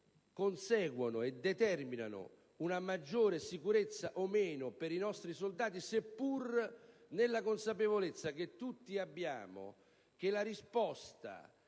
conseguono e determinano una maggiore sicurezza per i nostri soldati, seppur nella consapevolezza che tutti abbiamo che la risposta,